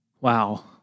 wow